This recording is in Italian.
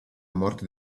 morte